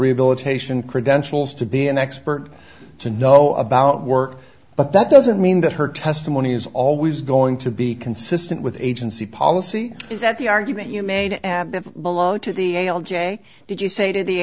rehabilitation credentials to be an expert to know about work but that doesn't mean that her testimony is always going to be consistent with agency policy is that the argument you made below to the j did you say to the